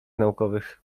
naukowych